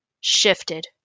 shifted